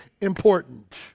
important